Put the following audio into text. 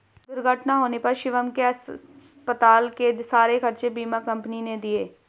दुर्घटना होने पर शिवम के अस्पताल के सारे खर्चे बीमा कंपनी ने दिए